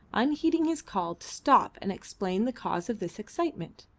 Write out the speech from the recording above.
unheeding his call to stop and explain the cause of this excitement.